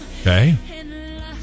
Okay